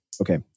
okay